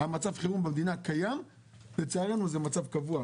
מצב החירום במדינה קיים ולצערנו זה מצב קבוע.